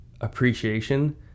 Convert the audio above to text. appreciation